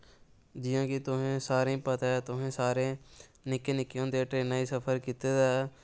जि'यां कि तोहें सारें ई पता ऐ सारें निक्के निक्के होंदे ट्रेनां च सफर कीते दा ऐ